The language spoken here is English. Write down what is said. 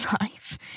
life